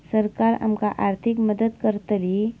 सरकार आमका आर्थिक मदत करतली?